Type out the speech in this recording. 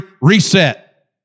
reset